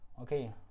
okay